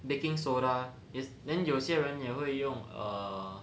baking soda 也 then 有些人也会用 err